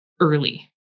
early